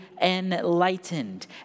enlightened